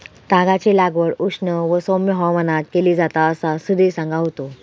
तागाची लागवड उष्ण व सौम्य हवामानात केली जाता असा सुधीर सांगा होतो